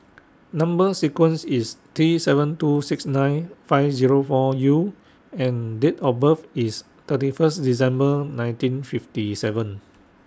Number sequence IS T seven two six nine five Zero four U and Date of birth IS thirty First December nineteen fifty seven